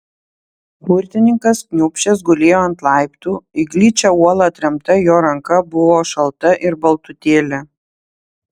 burtininkas kniūbsčias gulėjo ant laiptų į gličią uolą atremta jo ranka buvo šalta ir baltutėlė